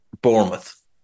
Bournemouth